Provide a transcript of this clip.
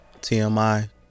TMI